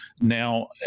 now